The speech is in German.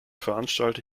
veranstalte